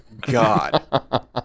God